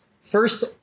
first